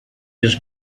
his